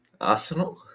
Arsenal